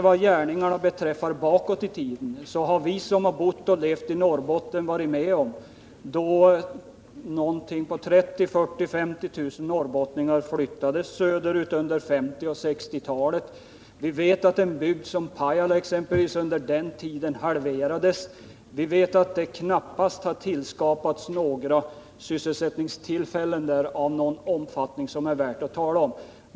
Vad gärningarna bakåt i tiden beträffar har vi som bott och levt i Norrbotten varit med om de åren då 40 000-50 000 norrbottningar flyttades söderöver under 1950 och 1960-talet. Vi vet att en bygd som exempelvis Pajala under den tiden halverades. Vi vet att det där knappast har skapats sysselsättningstillfällen av någon omfattning som är värd att tala om.